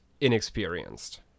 inexperienced